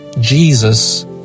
Jesus